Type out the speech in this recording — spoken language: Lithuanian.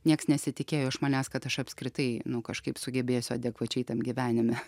nieks nesitikėjo iš manęs kad aš apskritai nu kažkaip sugebėsiu adekvačiai tam gyvenime